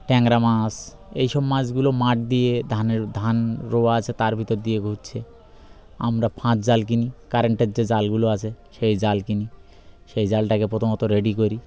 ট্যাংরা মাছ এইসব মাছগুলো মাঠ দিয়ে ধানের ধান রোয়া আছে তার ভিতর দিয়ে ঘুরছে আমরা ফাঁক জাল কিনি কারেন্টের যে জালগুলো আছে সেই জাল কিনি সেই জালটাকে প্রথমত রেডি করি